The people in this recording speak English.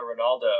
Ronaldo